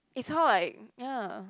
it's how I ya